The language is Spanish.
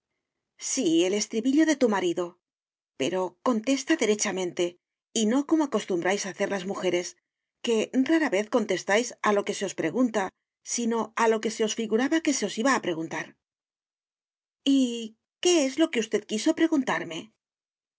sí el estribillo de tu marido pero contesta derechamente y no como acostumbráis hacer las mujeres que rara vez contestáis a lo que se os pregunta sino a lo que se os figuraba que se os iba a preguntar y qué es lo que usted quiso preguntarme